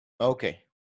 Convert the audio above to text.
Okay